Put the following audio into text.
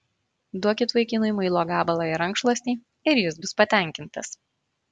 duokit vaikinui muilo gabalą ir rankšluostį ir jis bus patenkintas